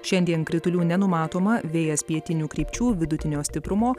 šiandien kritulių nenumatoma vėjas pietinių krypčių vidutinio stiprumo